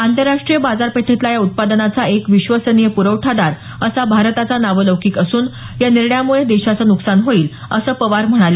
आंतरराष्ट्रीय बाजारपेठेतला या उत्पादनाचा एक विश्वसनीय प्रवठादार असा भारताचा नावलौकिक असून या निर्णयामुळे देशाचं नुकसान होईल असं पवार म्हणाले